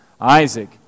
Isaac